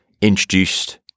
introduced